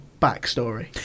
backstory